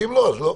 ואם לא אז לא.